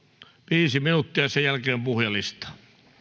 viisi minuuttia ja sen jälkeen puhujalistaan